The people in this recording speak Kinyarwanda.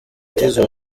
tizzo